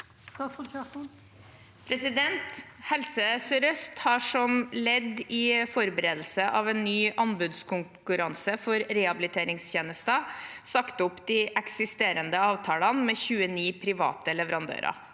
Helse sør-øst har som ledd i forberedelse av en ny anbudskonkurranse for rehabiliteringstjenester sagt opp de eksisterende avtalene med 29 private leverandører.